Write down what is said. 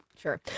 sure